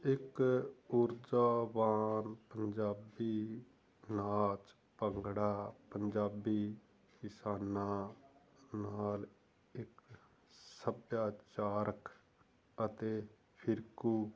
ਇੱਕ ਊਰਜਾਵਾਨ ਪੰਜਾਬੀ ਨਾਚ ਭੰਗੜਾ ਪੰਜਾਬੀ ਕਿਸਾਨਾਂ ਨਾਲ ਇਕ ਸਭਿਆਚਾਰਕ ਅਤੇ ਫਿਰਕੂ